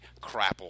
Crapple